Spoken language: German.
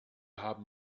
haben